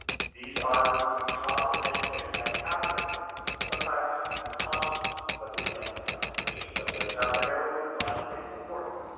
these are some common things that can happen, and sometimes unconsciously, but they can limit competition, such as having a narrowly defined statement of work,